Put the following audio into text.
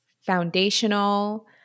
foundational